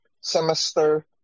semester